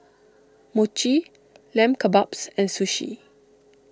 Mochi Lamb Kebabs and Sushi